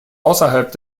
außerhalb